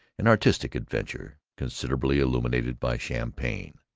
an artistic adventure considerably illuminated by champagne.